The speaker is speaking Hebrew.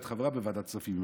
את חברה בוועדת הכספים,